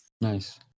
Nice